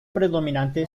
predominante